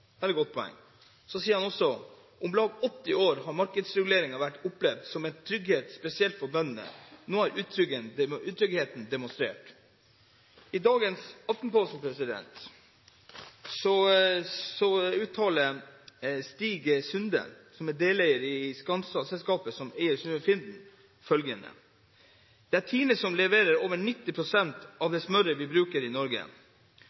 poeng. Så sier han også: «I om lag 80 år har markedsreguleringene vært opplevd som en trygghet spesielt for bøndene. Nå er utryggheten demonstrert.» I Aftenposten i dag uttaler bl.a. Stig Terje Sunde seg. Han er deleier i Scandza, selskapet som eier Synnøve Finden, og det står følgende: «Det er Tine som leverer over 90 prosent av